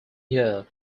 year